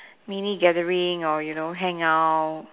mini gathering or you know hangout